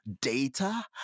data